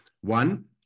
One